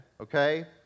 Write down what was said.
Okay